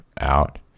out